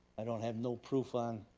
i don't have no proof on,